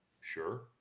Sure